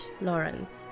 Lawrence